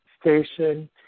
station